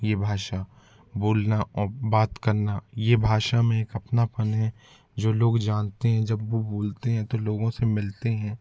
ये भाषा बोलना और बात करना ये भाषा में एक अपनापन है जो लोग जानते हैं जब वो बोलते हैं तो लोगों से मिलते हैं